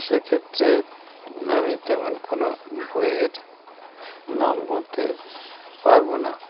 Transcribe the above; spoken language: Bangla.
সেক্ষেত্রে আমি তেমন কোনো বইয়ের নাম বলতে পারবো না